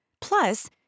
Plus